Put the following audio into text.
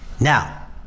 Now